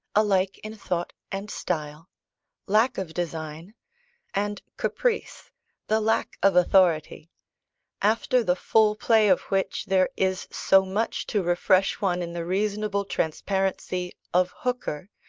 alike in thought and style lack of design and caprice the lack of authority after the full play of which, there is so much to refresh one in the reasonable transparency of hooker,